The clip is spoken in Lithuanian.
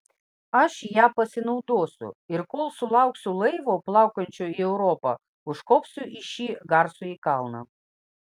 aš ja pasinaudosiu ir kol sulauksiu laivo plaukiančio į europą užkopsiu į šį garsųjį kalną